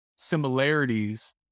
similarities